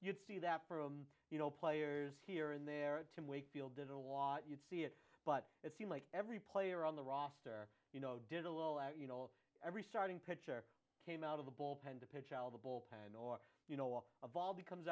you'd see that pro you know players here and there tim wakefield did a lot you'd see it but it seemed like every player on the roster you know did a little at you know every starting pitcher came out of the bullpen to pitch al the bullpen or you know of all the comes